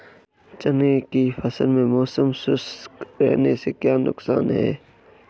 चने की फसल में मौसम शुष्क रहने से क्या नुकसान है?